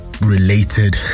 related